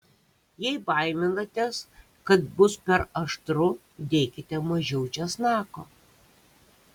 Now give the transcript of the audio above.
jei baiminatės kad bus per aštru dėkite mažiau česnako